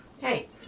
Hey